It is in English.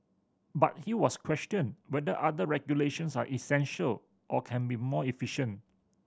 but he has questioned whether other regulations are essential or can be more efficient